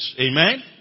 amen